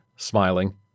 smiling